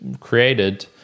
created